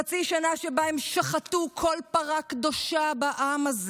חצי שנה שבה הם שחטו כל פרה קדושה בעם הזה.